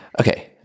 Okay